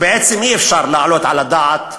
ובעצם אי-אפשר, להעלות על הדעת,